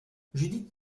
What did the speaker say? judith